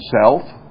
self